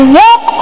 walk